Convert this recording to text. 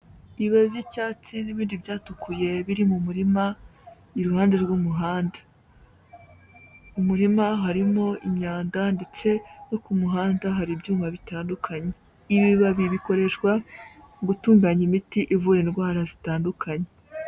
Ibibabi by'icyatsi n'ibindi byatukuye biri mu murima, iruhande rw'umuhanda. Mu murima harimo imyanda ndetse no ku muhanda hari ibyuma bitandukanye. Ibibabi bikoreshwa mu gutunganya imiti ivura indwara zitandukanye.